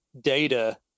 data